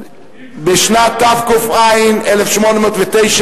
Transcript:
בשנת תק"ע, 1809,